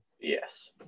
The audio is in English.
Yes